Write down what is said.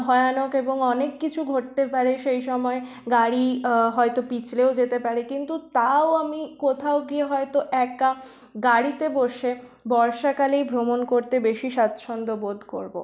ভয়ানক এবং অনেককিছু ঘটতে পারে সেই সময়ে গাড়ি হয়তো পিছলেও যেতে পারে কিন্তু তাও আমি কোথাও গিয়ে হয়তো একা গাড়িতে বসে বর্ষাকালেই ভ্রমণ করতে বেশি স্বাচ্ছন্দ্য বোধ করব